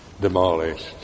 demolished